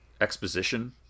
exposition